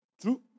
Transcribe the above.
True